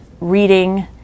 reading